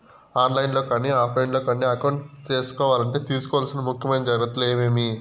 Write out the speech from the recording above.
On line లో కానీ offline లో కానీ అకౌంట్ సేసుకోవాలంటే తీసుకోవాల్సిన ముఖ్యమైన జాగ్రత్తలు ఏమేమి?